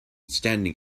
standing